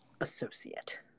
associate